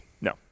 No